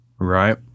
Right